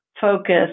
focus